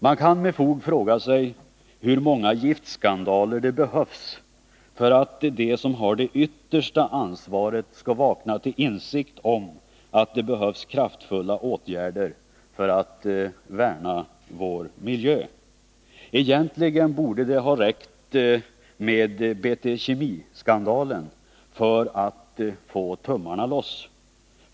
Man kan med fog fråga sig hur många giftskandaler det behövs för att de som har det yttersta ansvaret skall vakna till insikt om att det behövs kraftfulla åtgärder för att värna vår miljö. Egentligen borde det ha räckt med BT Kemi-skandalen för att få ”tummarna loss”.